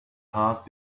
heart